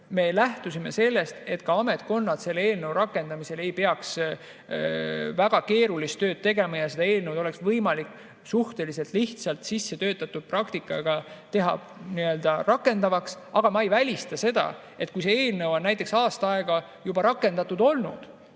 me lähtusime ka sellest, et ametkonnad selle eelnõu [põhimõtete] rakendamisel ei peaks väga keerulist tööd tegema ja et [seadust] oleks võimalik suhteliselt lihtsalt, sissetöötatud praktika alusel rakendada. Aga ma ei välista seda, et kui see [seadus] on näiteks aasta aega juba rakendatud olnud,